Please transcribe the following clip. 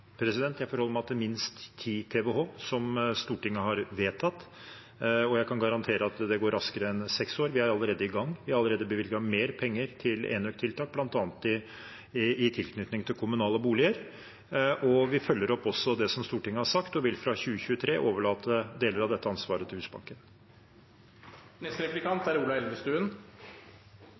minst 10 TWh, som Stortinget har vedtatt. Jeg kan garantere at det vil gå raskere enn seks år. Vi er allerede i gang. Vi har allerede bevilget mer penger til enøktiltak, bl.a. i tilknytning til kommunale boliger. Vi følger også opp det som Stortinget har sagt, og vi vil fra 2023 overlate deler av dette ansvaret til Husbanken. Det er spørsmål om energisparing, men det er